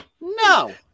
No